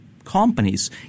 companies